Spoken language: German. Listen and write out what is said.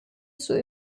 zur